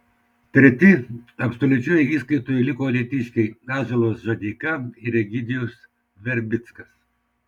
treti absoliučioje įskaitoje liko alytiškiai ąžuolas žadeika ir egidijus verbickas